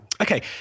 Okay